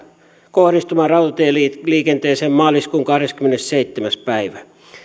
kohdistumaan rautatieliikenteeseen maaliskuun kahdeskymmenesseitsemäs päivä